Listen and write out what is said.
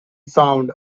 sound